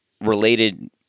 related